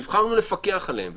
נבחרנו לפקח עליהם.